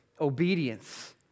obedience